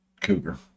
cougar